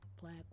black